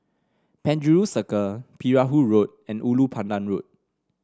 Penjuru Circle Perahu Road and Ulu Pandan Road